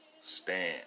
stand